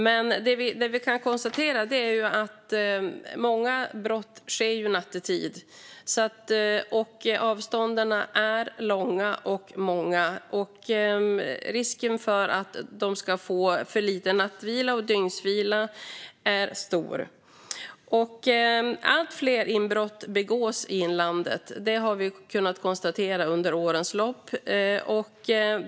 Men vad vi kan konstatera är att många brott sker nattetid, att avstånden är långa och att risken för att poliserna ska få för lite nattvila och dygnsvila är stor. Att allt fler inbrott begås i inlandet har vi kunnat konstatera under årens lopp.